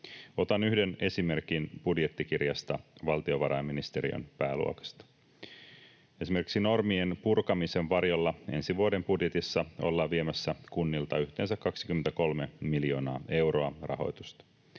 Otan yhden esimerkin budjettikirjasta valtiovarainministeriön pääluokasta: Esimerkiksi normien purkamisen varjolla ensi vuoden budjetissa ollaan viemässä kunnilta yhteensä 23 miljoonaa euroa rahoitusta.